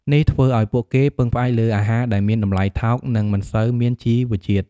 នេះធ្វើឱ្យពួកគេពឹងផ្អែកលើអាហារដែលមានតម្លៃថោក និងមិនសូវមានជីវជាតិ។